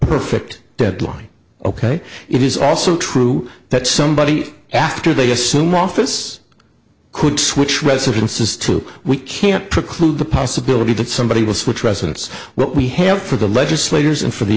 perfect deadline ok it is also true that somebody after they assume office could switch residences to we can't preclude the possibility that somebody will switch residence what we have for the legislators and for the